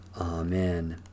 Amen